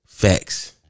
Facts